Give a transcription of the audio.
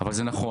אבל זה נכון,